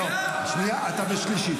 כן, דימונה זה בגליל.